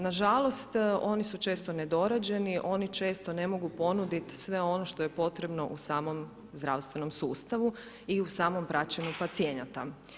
Nažalost, oni su često nedorađeni, oni često ne mogu ponuditi sve ono što je potrebno u samom zdravstvenom sustavu i u samom praćenju pacijenata.